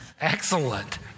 Excellent